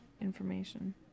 information